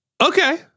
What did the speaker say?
Okay